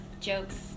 jokes